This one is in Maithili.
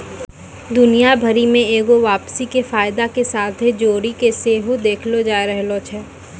दुनिया भरि मे एगो वापसी के फायदा के साथे जोड़ि के सेहो देखलो जाय रहलो छै